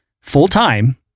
full-time